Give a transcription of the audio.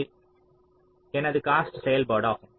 இது எனது காஸ்ட் செயல்பாடு ஆகும்